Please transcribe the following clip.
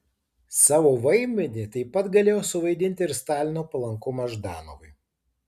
savo vaidmenį taip pat galėjo suvaidinti ir stalino palankumas ždanovui